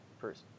first